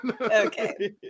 Okay